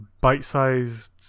bite-sized